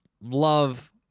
Love